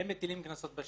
מטילים קנסות בשטח.